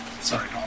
Sorry